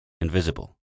invisible